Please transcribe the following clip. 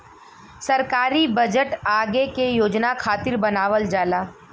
सरकारी बजट आगे के योजना खातिर बनावल जाला